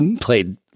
played